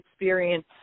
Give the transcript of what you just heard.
experience